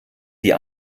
die